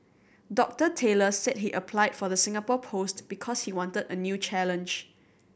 Doctor Taylor said he applied for the Singapore post because he wanted a new challenge